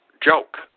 joke